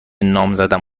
نامزدم